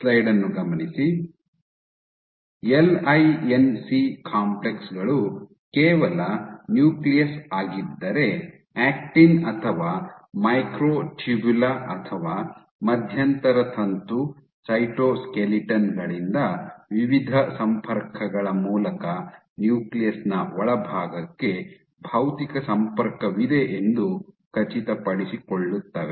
ಈ L I N C complex ಗಳು ಕೇವಲ ನ್ಯೂಕ್ಲಿಯಸ್ ಆಗಿದ್ದರೆ ಆಕ್ಟಿನ್ ಅಥವಾ ಮೈಕ್ರೋ ಟ್ಯೂಬುಲಾ ಅಥವಾ ಮಧ್ಯಂತರ ತಂತು ಸೈಟೋಸ್ಕೆಲಿಟನ್ ಗಳಿಂದ ವಿವಿಧ ಸಂಪರ್ಕಗಳ ಮೂಲಕ ನ್ಯೂಕ್ಲಿಯಸ್ ನ ಒಳಭಾಗಕ್ಕೆ ಭೌತಿಕ ಸಂಪರ್ಕವಿದೆ ಎಂದು ಖಚಿತಪಡಿಸಿಕೊಳ್ಳುತ್ತವೆ